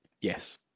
Yes